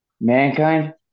mankind